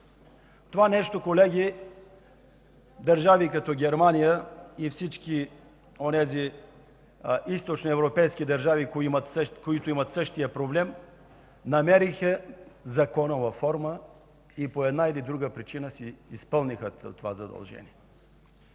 Това нещо, колеги, държави като Германия и всички онези източноевропейски държави, които имат същия проблем, намериха законова форма и по един или друг начин си изпълниха това задължение.